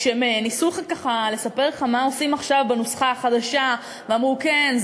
כשניסו ככה לספר לך מה עושים עכשיו בנוסחה החדשה אמרו: כן,